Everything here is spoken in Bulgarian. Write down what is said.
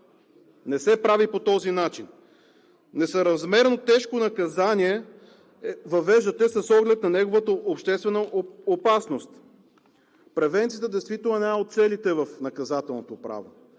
Не се прави по този начин! Въвеждате несъразмерно тежко наказание с оглед на неговата обществена опасност. Превенцията действително е една от целите в наказателното право,